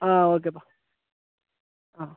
ஆ okay பா ஆ